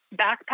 backpack